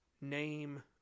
name